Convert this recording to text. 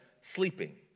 sleeping